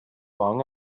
long